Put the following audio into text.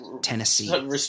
Tennessee